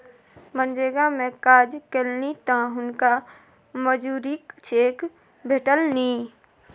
मनरेगा मे काज केलनि तँ हुनका मजूरीक चेक भेटलनि